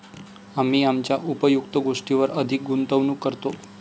आम्ही आमच्या उपयुक्त गोष्टींवर अधिक गुंतवणूक करतो